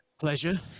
pleasure